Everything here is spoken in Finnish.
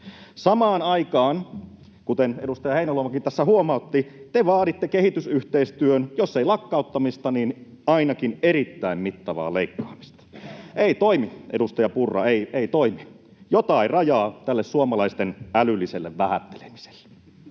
Samaan aikaan, kuten edustaja Heinäluomakin tässä huomautti, te vaaditte kehitysyhteistyön jos ei lakkauttamista niin ainakin erittäin mittavaa leikkaamista. Ei toimi, edustaja Purra. Ei toimi. Jotain rajaa tälle suomalaisten älylliselle vähättelemiselle.